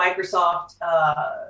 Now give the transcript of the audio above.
Microsoft